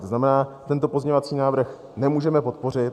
To znamená, tento pozměňovací návrh nemůžeme podpořit.